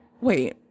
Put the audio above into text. wait